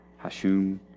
Hashum